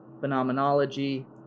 phenomenology